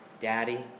daddy